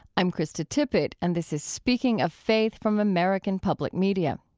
i'm krista tippett and this is speaking of faith from american public media